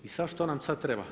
I sad što nam sad treba?